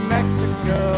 Mexico